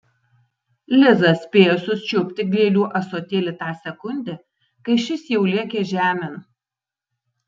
liza spėjo sučiupti gėlių ąsotėlį tą sekundę kai šis jau lėkė žemėn